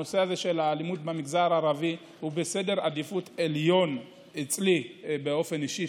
הנושא הזה של האלימות במגזר הערבי הוא בעדיפות עליונה אצלי באופן אישי,